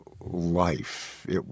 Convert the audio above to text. life